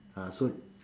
ah so